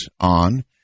on